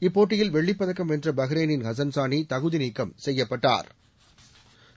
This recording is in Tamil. இப்போட்டியில் வெள்ளிப்பதக்கம் வென்ற பஹ்ரைனின் ஹகன்சானி தகுதிநீக்கம் செய்யப்பட்டாா்